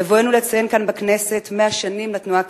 בבואנו לציין כאן בכנסת 100 שנים לתנועה הקיבוצית,